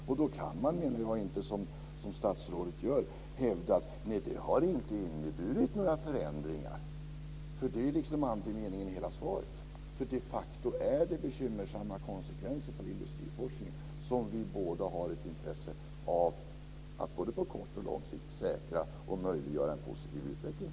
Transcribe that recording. Jag menar att man inte, som statsrådet gör, kan hävda att det inte har inneburit några förändringar - det är ju liksom andemeningen i hela svaret. De facto är konsekvenserna bekymmersamma för industriforskningen. Där har vi båda ett intresse av att på både kort och lång sikt säkra och möjliggöra en positiv utveckling.